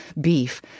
beef